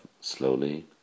slowly